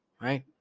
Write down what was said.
right